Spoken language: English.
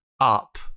up